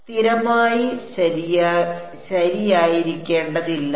സ്ഥിരമായി ശരിയായിരിക്കേണ്ടതില്ല